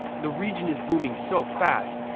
the region is booming so fast,